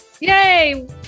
Yay